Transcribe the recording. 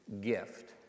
gift